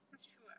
that's true [what]